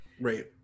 Right